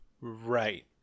Right